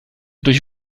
durch